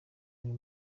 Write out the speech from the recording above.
uyu